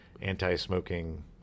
anti-smoking